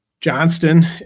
Johnston